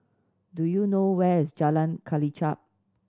do you know where is Jalan Kelichap